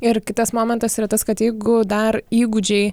ir kitas momentas yra tas kad jeigu dar įgūdžiai